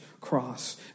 cross